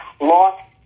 lost